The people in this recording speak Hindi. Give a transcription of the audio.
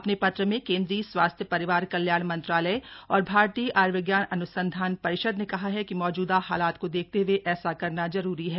अपने पत्र में केन्द्रीय स्वास्थ्य परिवार कल्याण मंत्रालय और भारतीय आय्र्विज्ञान अन्संधान परिषद ने कहा है कि मौजूदा हालात को देखते हुए ऐसा करना जरूरी है